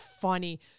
funny